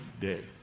day